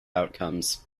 outcomes